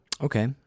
Okay